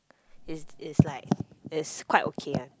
is is like is quite okay one